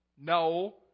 No